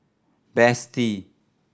Betsy